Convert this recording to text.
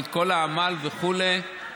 על כל העמל וכו',